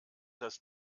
dass